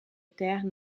terre